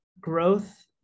growth